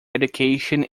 education